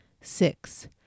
Six